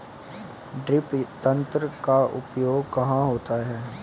Drip तंत्र का उपयोग कहाँ होता है?